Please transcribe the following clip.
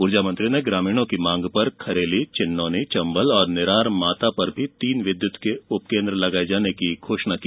ऊर्जा मंत्री ने ग्रामीणों की मांग पर खेरली चिन्नोनी चम्बल और निरार माता पर तीन विद्युत उपकेन्द्र लगाये जाने की घोषणा भी की